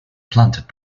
plundered